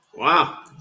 Wow